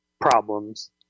problems